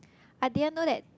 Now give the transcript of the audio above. I didn't know that